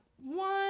one